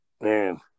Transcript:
man